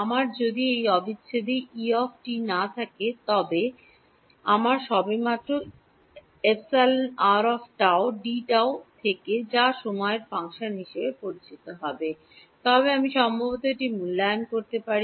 আমার যদি এই অবিচ্ছেদে E না থাকি যদি আমার সবেমাত্র εrτ dτথাকে যা সময়ের ফাংশন হিসাবে পরিচিত তবে আমি সম্ভবত এটি মূল্যায়ন করতে পারি